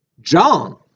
John